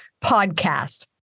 podcast